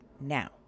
now